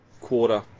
quarter